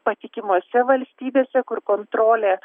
patikimose valstybėse kur kontrolė